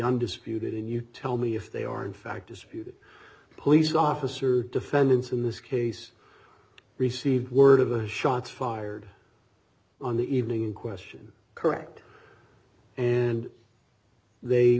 undisputed and you tell me if they are in fact disputed police officer defendants in this case received word of the shots fired on the evening in question correct and they